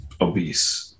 obese